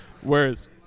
Whereas